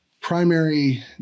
primary